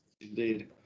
Indeed